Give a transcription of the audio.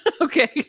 Okay